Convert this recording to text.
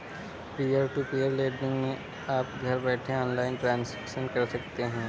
peer to peer lending मै आप घर बैठे ऑनलाइन ट्रांजेक्शन कर सकते है